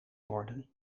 worden